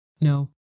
No